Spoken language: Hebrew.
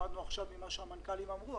למדנו עכשיו ממה שהמנכ"לים אמרו,